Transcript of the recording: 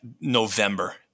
November